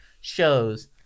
shows